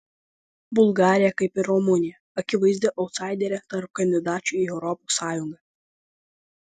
bulgarija kaip ir rumunija akivaizdi autsaiderė tarp kandidačių į europos sąjungą